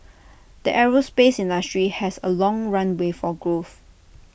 the aerospace industry has A long runway for growth